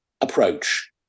approach